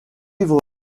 livres